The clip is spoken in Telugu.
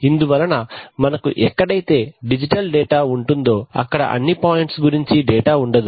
ఇందు వలన మనకు ఎక్కడైతే డిజిటల్ డేటా ఉంటుందో అక్కడ అన్ని పాయింట్స్ గురించి డేటా ఉండదు